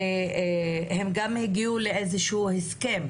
והגיעו לאיזשהו הסכם.